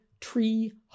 tree